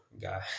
guy